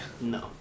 No